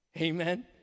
Amen